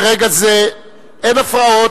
מרגע זה אין הפרעות,